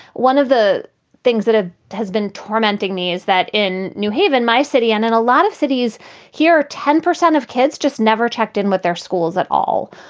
one of the things that ah has been tormenting me is that in new haven, my city, and in a lot of cities here are ten percent of kids just never checked in with their schools at all.